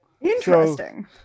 Interesting